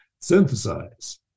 synthesize